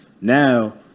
Now